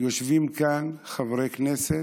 יושבים כאן חברי כנסת